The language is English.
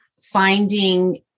finding